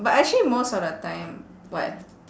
but actually most of the time what